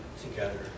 together